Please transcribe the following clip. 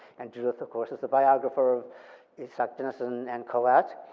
and judith, of course, is the biographer of isak dinesen and colette.